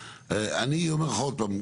אני אומר לך עוד פעם,